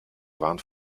warnt